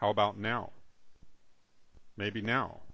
how about now maybe now